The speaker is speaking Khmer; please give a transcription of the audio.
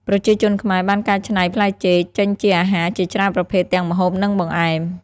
ប្រជាជនខ្មែរបានកែច្នៃផ្លែចេកចេញជាអាហារជាច្រើនប្រភេទទាំងម្ហូប និងបង្អែម។